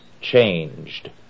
changed